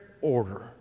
order